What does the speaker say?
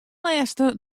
lêste